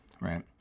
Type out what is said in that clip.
right